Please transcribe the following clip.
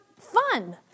fun